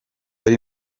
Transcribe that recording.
ari